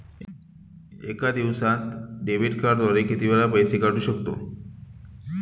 एका दिवसांत डेबिट कार्डद्वारे किती वेळा पैसे काढू शकतो?